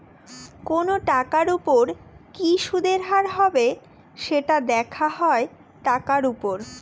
কোনো টাকার উপর কি সুদের হার হবে, সেটা দেখা হয় টাকার উপর